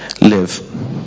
Live